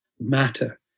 matter